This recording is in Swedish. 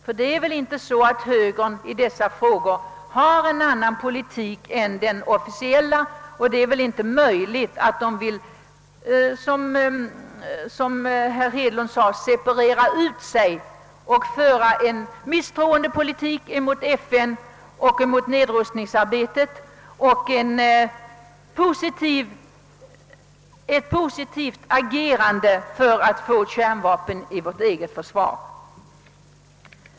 Ty det är väl inte så att högern i dessa utrikespolitiska frågor vill föra en annan politik än den officiella, och det är väl inte möjligt att högern vill, som herr Hedlund sade, separera ut sig och intaga en negativ attityd mot FN och nedrustningsarbetet och i stället agera för kärnvapen i vårt eget försvar?